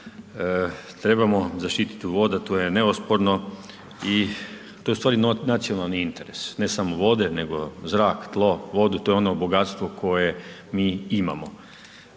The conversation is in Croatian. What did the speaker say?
Trebamo zaštiti vode, to je neosporno i to je ustvari nacionalni interes, ne samo vode, nego zrak, tlo, vodu, to je ono bogatstvo koje mi imamo.